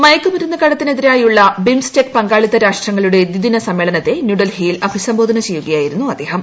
മയക്ക് മരുന്ന് കടത്തിനെതിരായുള്ള ബിംസ്റ്റെക് പങ്കാളിത്ത രാഷ്ട്രങ്ങളുടെ ദ്വിദിന സമ്മേളനത്തെ ന്യൂഡൽഹിയിൽ അഭിസംബോധന ചെയ്യുകയായിരുന്നു അദ്ദേഹം